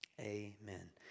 Amen